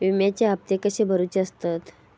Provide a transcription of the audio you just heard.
विम्याचे हप्ते कसे भरुचे असतत?